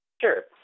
Sure